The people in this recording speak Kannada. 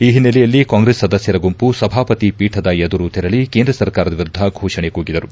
ಈ ಹಿನ್ನೆಲೆಯಲ್ಲಿ ಕಾಂಗ್ರೆಸ್ ಸದಸ್ಯರ ಗುಂಪು ಸಭಾಪತಿ ಪೀಠದ ಎದುರು ತೆರಳಿ ಕೇಂದ್ರ ಸರ್ಕಾರದ ವಿರುದ್ದ ಘೋಷಣೆ ಕೂಗಿದರು